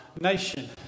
nation